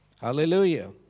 Hallelujah